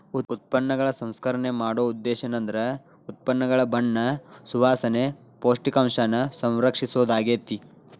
ಉತ್ಪನ್ನಗಳ ಸಂಸ್ಕರಣೆ ಮಾಡೊ ಉದ್ದೇಶೇಂದ್ರ ಉತ್ಪನ್ನಗಳ ಬಣ್ಣ ಸುವಾಸನೆ, ಪೌಷ್ಟಿಕಾಂಶನ ಸಂರಕ್ಷಿಸೊದಾಗ್ಯಾತಿ